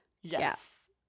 Yes